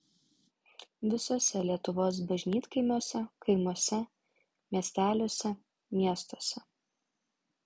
visuose lietuvos bažnytkaimiuose kaimuose miesteliuose miestuose